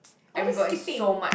ah that's skipping